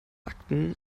akten